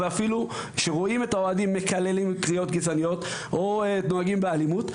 ואפילו שרואים את האוהדים מקללים קריאות גזעניות או נוהגים באלימות,